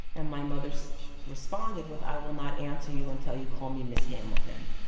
and my mother so responded with, i will not answer you until you call me miss hamilton